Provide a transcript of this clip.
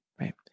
right